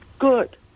good